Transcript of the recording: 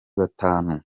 batanu